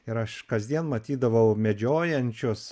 ir aš kasdien matydavau medžiojančius